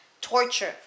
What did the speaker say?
torture